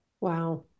Wow